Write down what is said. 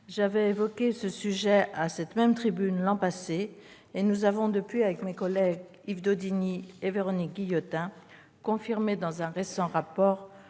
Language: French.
J'avais évoqué ce sujet à cette même tribune l'an passé et nous avons depuis, avec mes collègues Yves Daudigny et Véronique Guillotin, confirmé dans un récent rapport